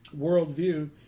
worldview